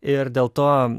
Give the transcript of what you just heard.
ir dėl to